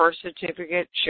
certificate